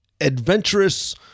adventurous